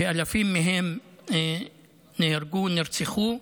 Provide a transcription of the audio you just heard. שאלפים מהם נהרגו ונרצחו.